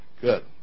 Good